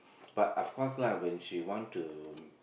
but of course lah when she want to